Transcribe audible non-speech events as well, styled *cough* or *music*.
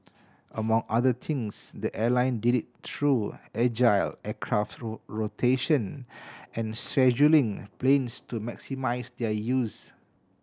among other things the airline did it through agile aircraft *unintelligible* rotation and scheduling planes to maximise their use